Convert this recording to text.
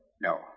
No